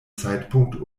zeitpunkt